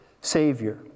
Savior